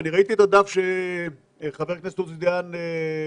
מתוך הדף שחבר הכנסת עוזי דיין הוציא,